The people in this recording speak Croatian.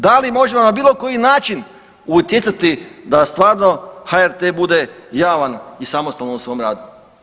Da li možemo na bilo koji način utjecati da stvarno HRT bude javan i samostalan u svom radu?